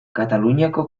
kataluniako